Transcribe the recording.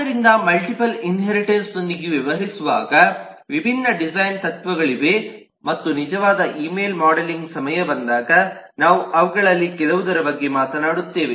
ಆದ್ದರಿಂದ ಮಲ್ಟಿಪಲ್ ಇನ್ಹೇರಿಟನ್ಸ್ನೊಂದಿಗೆ ವ್ಯವಹರಿಸುವಾಗ ವಿಭಿನ್ನ ಡಿಸೈನ್ ತತ್ವಗಳಿವೆ ಮತ್ತು ನಿಜವಾದ ಇಮೇಲ್ ಮಾಡೆಲಿಂಗ್ ಸಮಯ ಬಂದಾಗ ನಾವು ಅವುಗಳಲ್ಲಿ ಕೆಲವುದರ ಬಗ್ಗೆ ಮಾತನಾಡುತ್ತೇವೆ